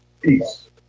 peace